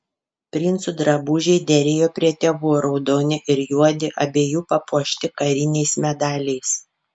princų drabužiai derėjo prie tėvų raudoni ir juodi abiejų papuošti kariniais medaliais